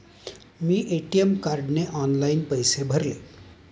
मी ATM कार्डने online पैसे भरले